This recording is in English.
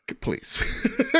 please